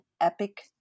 epic